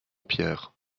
pierre